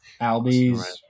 Albies